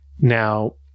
Now